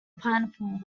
pineapple